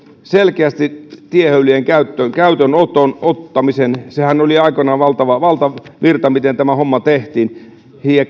selkeästi tiehöylien käyttöön ottamisen sehän oli aikoinaan valtavirta miten tämä homma tehtiin